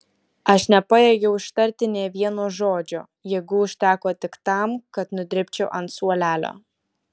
aš nepajėgiau ištarti nė vieno žodžio jėgų užteko tik tam kad nudribčiau ant suolelio